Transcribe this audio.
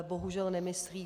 Bohužel nemyslí.